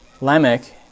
Lamech